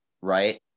right